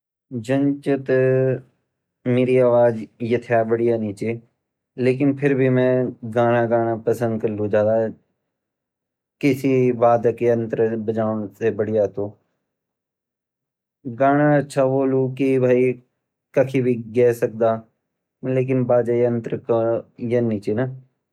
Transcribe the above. जन चेतें मेरी आवाज़ यथया बढ़िया नी ची लेकिन फिर भी मैं गाणा गाण पसंद करलु ज़्यादा किसी वादक यन्त्र ते बजोंड से बढ़िया तो गाणा अच्छा वोलु ता कखि भी गै सकदा पर बाजा यंत्र ता यनि ची।